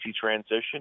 transition